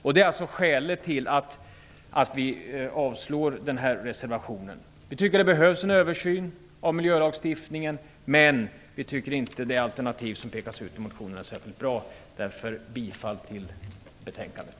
Detta är alltså skälet till att vi avstyrker reservationen. Vi anser att det behövs en översyn av miljölagstiftningen, men vi anser inte att det alternativ som anges i motionen är särskilt bra. Jag yrkar därför bifall till hemställan i betänkandet.